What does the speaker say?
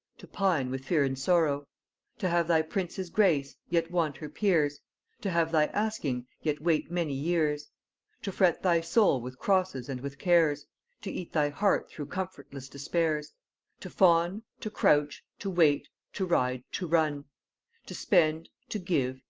to pine with fear and sorrow to have thy prince's grace, yet want her peers to have thy asking, yet wait many years to fret thy soul with crosses and with cares to eat thy heart through comfortless despairs to fawn, to crouch, to wait, to ride, to run to spend, to give,